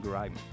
Grime